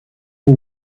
who